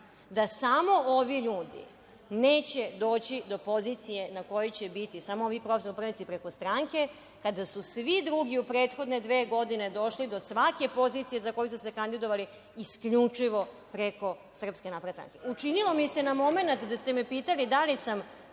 da samo ovi ljudi neće doći do pozicije na kojoj će biti, samo ovi profesionalni upravnici, preko stranke, kada su svi drugi u prethodne dve godine došli do svake pozicije za koju su se kandidovali isključivo preko Srpske napredne stranke? Učinilo mi se na momenat da ste me pitali da li sam